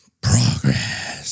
progress